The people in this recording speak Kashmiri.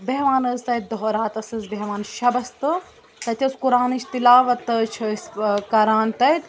بیٚہوان حظ تَتہِ دۄہ راتس حظ بیٚہوان شَبَس تہٕ تَتہِ حظ قُرانٕچ تِلاوَت تہٕ حظ چھِ أسۍ کَران تَتہِ